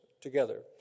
together